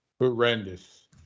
horrendous